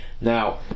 Now